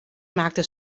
maakte